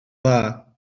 dda